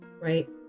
right